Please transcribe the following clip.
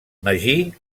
magí